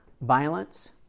violence